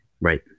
right